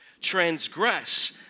transgress